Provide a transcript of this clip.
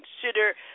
consider